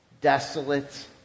desolate